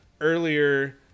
earlier